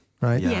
right